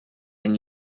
and